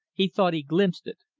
he thought he glimpsed it.